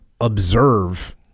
observe